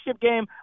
game